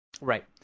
right